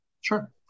Sure